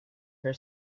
her